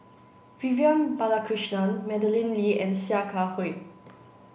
Vivian Balakrishnan Madeleine Lee and Sia Kah Hui